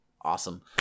awesome